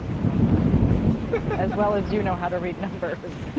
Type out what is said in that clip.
don't know how to read numbers as well as well as you know how to read numbers.